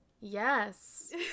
Yes